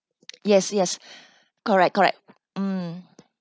yes yes correct correct mm